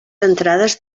entrades